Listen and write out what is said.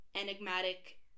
enigmatic